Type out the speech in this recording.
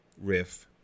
riff